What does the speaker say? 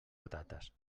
patates